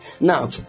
Now